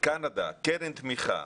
קנדה קרן תמיכה,